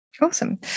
awesome